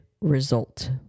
result